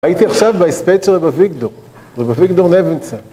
הייתי עכשיו בהספד של רב אביגדור, רב אביגדור לוינסון.